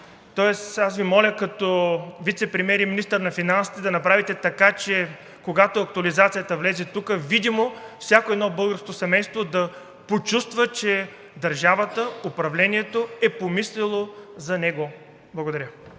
Аз Ви моля като вицепремиер и министър на финансите да направите така, че когато актуализацията влезе тук, всяко едно българско семейство да почувства видимо, че държавата, управлението е помислило за него. Благодаря.